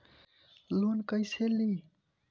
Loan कईसे ली?